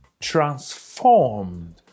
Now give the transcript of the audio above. transformed